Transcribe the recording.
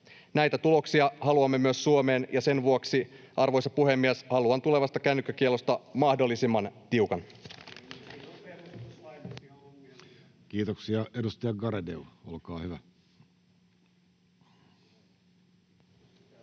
Näitä tuloksia haluamme myös Suomeen, ja sen vuoksi, arvoisa puhemies, haluan tulevasta kännykkäkiellosta mahdollisimman tiukan. [Ben Zyskowicz: Niin, mutta siinä